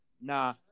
Nah